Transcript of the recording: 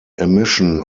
emission